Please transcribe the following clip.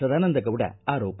ಸದಾನಂದ ಗೌಡ ಆರೋಪ